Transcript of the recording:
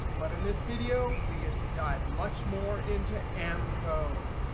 but in this video, we get to dive much more into m code.